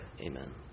amen